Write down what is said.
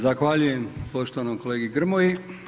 Zahvaljujem poštovanom kolegi Grmoji.